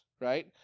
right